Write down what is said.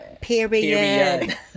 Period